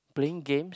playing games